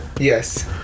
Yes